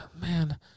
man